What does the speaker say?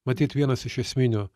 matyt vienas iš esminių